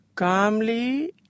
Calmly